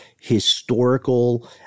historical